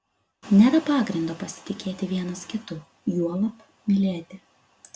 nėra pagrindo pasitikėti vienas kitu juolab mylėti